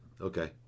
Okay